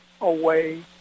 away